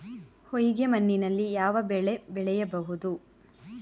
ಹೊಯ್ಗೆ ಮಣ್ಣಿನಲ್ಲಿ ಯಾವ ಬೆಳೆ ಬೆಳೆಯಬಹುದು?